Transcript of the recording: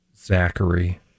Zachary